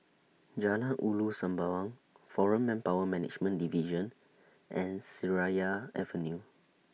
Jalan Ulu Sembawang Foreign Manpower Management Division and Seraya Avenue